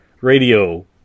radio